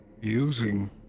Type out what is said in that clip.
Using